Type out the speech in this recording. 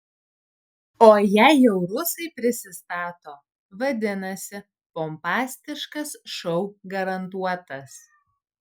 o jei jau rusai prisistato vadinasi pompastiškas šou garantuotas